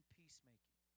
peacemaking